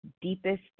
deepest